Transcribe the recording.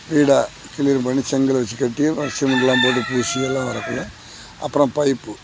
வீடாக க்ளியர் பண்ணி செங்கலை வச்சு கட்டி சிமெண்ட் எல்லாம் போட்டு பூசி எல்லாம் வரதுக்குள்ள அப்புறம் பைப்பு